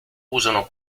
usano